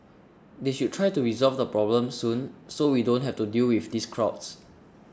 they should try to resolve the problem soon so we don't have to deal with these crowds